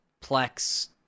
Plex